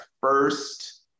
first